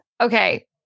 Okay